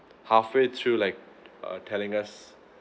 halfway through like uh telling us